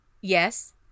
yes